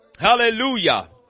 Hallelujah